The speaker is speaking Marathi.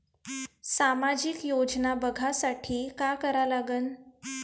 सामाजिक योजना बघासाठी का करा लागन?